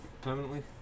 Permanently